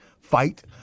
fight